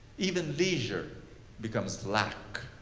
even leisure becomes lack.